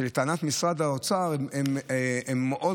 שלטענת משרד האוצר הם רבים,